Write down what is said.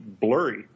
blurry